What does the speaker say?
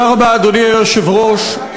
אדוני היושב-ראש,